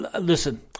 Listen